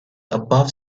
above